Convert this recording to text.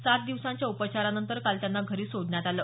सात दिवसांच्या उपचारांनंतर काल त्यांना घरी सोडण्यात आलं